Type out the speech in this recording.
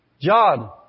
John